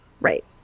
Right